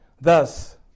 Thus